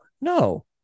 No